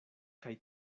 kaj